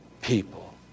people